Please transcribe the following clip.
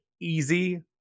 easy